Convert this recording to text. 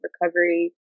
recovery